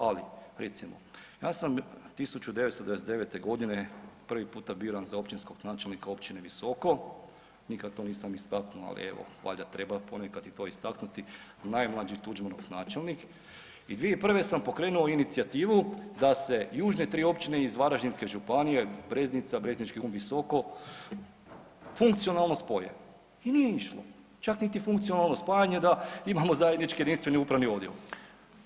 Ali recimo ja sam 1999.g. prvi puta biran za općinskog načelnika Općine Visoko, nikad to nisam istaknuo, ali evo valjda treba ponekad i to istaknuti, najmlađi Tuđmanov načelnik i 2001. sam pokrenuo inicijativu da se južne tri općine iz Varaždinske županije Breznica, Breznički Hum i Visoko funkcionalno spoje i nije išlo, čak niti funkcionalno spajanje da imamo zajednički jedinstveni upravni odjel.